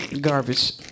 Garbage